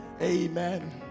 amen